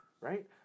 right